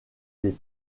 des